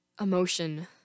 Emotion